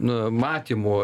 nu matymų